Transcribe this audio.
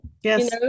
Yes